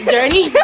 Journey